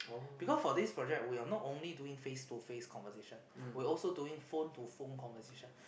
because for this project we're not only doing face to face conversation we also doing phone to phone conversation